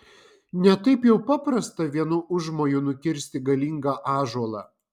ne taip jau paprasta vienu užmoju nukirsti galingą ąžuolą